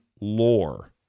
lore